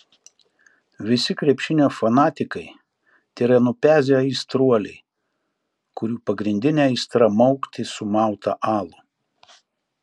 visi krepšinio fanatikai tėra nupezę aistruoliai kurių pagrindinė aistra maukti sumautą alų